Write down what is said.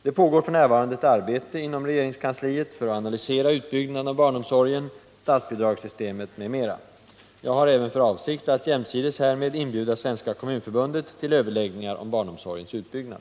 Det pågår f. n. ett arbete inom regeringskansliet för att analysera utbyggnaden av barnomsorgen, statsbidragssystemet m.m. Jag har även för avsikt att jämsides härmed inbjuda Svenska kommunförbundet till överläggningar om barnomsorgens utbyggnad.